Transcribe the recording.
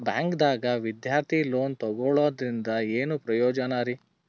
ಬ್ಯಾಂಕ್ದಾಗ ವಿದ್ಯಾರ್ಥಿ ಲೋನ್ ತೊಗೊಳದ್ರಿಂದ ಏನ್ ಪ್ರಯೋಜನ ರಿ?